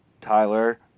Tyler